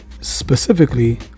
specifically